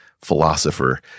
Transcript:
philosopher